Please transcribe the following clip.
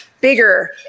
bigger